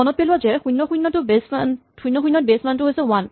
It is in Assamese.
মনত পেলোৱা যে ০ ০ ত বেচ মানটো হৈছে ৱান